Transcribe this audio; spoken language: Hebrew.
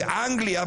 באנגליה,